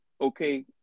Okay